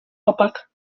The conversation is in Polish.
opak